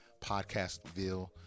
Podcastville